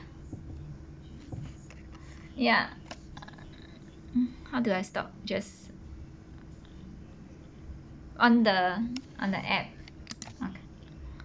yeah mm how do I stop just on the on the app okay